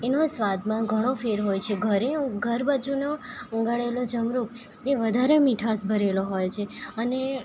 એના સ્વાદમાં ઘણો ફેર હોય છે ઘરે ઘર બાજુનો ઉગાડેલો જમરૂખ એ વધારે મીઠાસ ભરેલો હોય છે અને